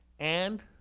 and